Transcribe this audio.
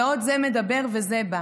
ועוד זה מדבר וזה בא.